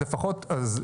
אז לפחות,